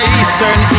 eastern